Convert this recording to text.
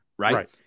Right